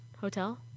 Hotel